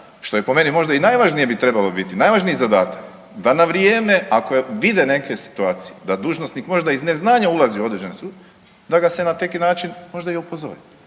što je po meni možda i najvažnije bi trebalo biti, najvažniji zadatak da na vrijeme ako vide neke situacije da možda dužnosnik možda iz neznanja ulazi u određeni sukob da ga se na neki način možda i upozori.